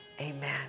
amen